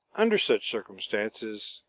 under such circumstances,